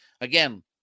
again